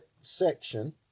section